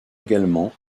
également